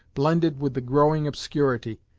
blended with the growing obscurity,